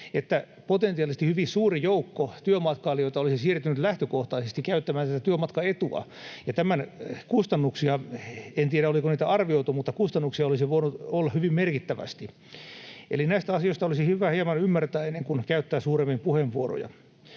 että potentiaalisesti hyvin suuri joukko työmatkailijoita olisi siirtynyt lähtökohtaisesti käyttämään tätä työmatkaetua ja tämän kustannuksia — en tiedä, oliko niitä arvioitu — olisi voinut olla hyvin merkittävästi. Eli näistä asioista olisi hyvä hieman ymmärtää, ennen kuin käyttää suuremmin puheenvuoroja.